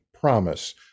promise